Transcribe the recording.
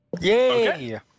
Yay